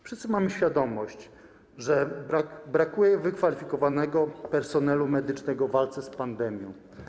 Wszyscy mamy świadomość, że brakuje wykwalifikowanego personelu medycznego w walce z pandemią.